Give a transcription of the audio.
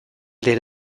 den